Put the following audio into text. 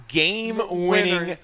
game-winning